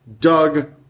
Doug